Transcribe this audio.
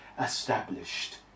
established